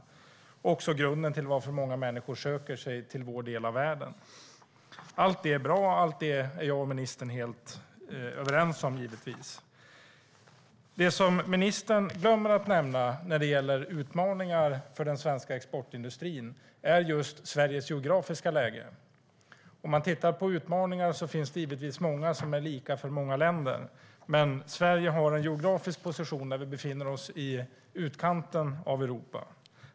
Det är också grunden till att många människor söker sig till vår del av världen. Allt det är bra, och allt det är jag och ministern helt överens om. Det som ministern glömmer att nämna när det gäller utmaningar för den svenska exportindustrin är Sveriges geografiska läge. Många utmaningar är lika för många länder, men Sveriges har en geografisk position i utkanten av Europa.